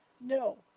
No